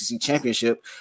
championship